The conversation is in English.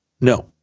No